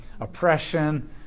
Oppression